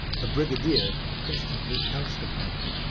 the brigadier instantly pounced upon them.